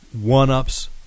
one-ups